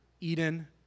Eden